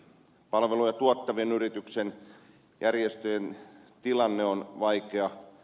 palveluja tuottavien yritysten ja järjestöjen tilanne on vaikea